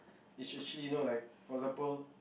is actually no like for example